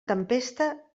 tempesta